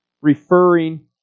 referring